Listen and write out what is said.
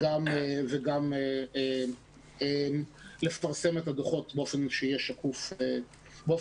וגם לפרסם את הדוחות באופן שיהיה שקוף להורים.